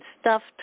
stuffed